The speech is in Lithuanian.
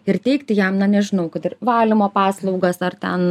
ir teikti jam na nežinau kad ir valymo paslaugas ar ten